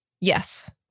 Yes